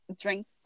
Drink